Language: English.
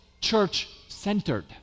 church-centered